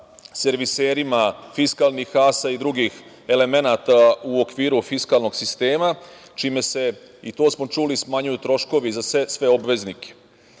serviserima fiskalnih kasa i drugih elemenata u okviru fiskalnog sistema, čime se, i to smo čuli, smanjuju troškovi za sve obveznike. Takođe,